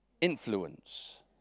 Influence